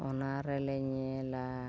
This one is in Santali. ᱚᱱᱟ ᱨᱮᱞᱮ ᱧᱮᱞᱟ